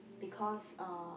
because uh